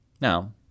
Now